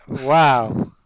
wow